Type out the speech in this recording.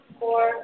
four